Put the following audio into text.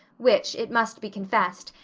which, it must be confessed,